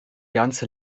ganze